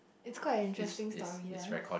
it's quite an interesting story lah